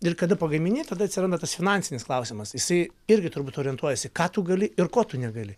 ir kada pagamini tada atsiranda tas finansinis klausimas jisai irgi turbūt orientuojasi ką tu gali ir ko tu negali